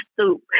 soup